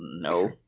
no